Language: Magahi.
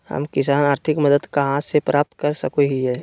हम किसान आर्थिक मदत कहा से प्राप्त कर सको हियय?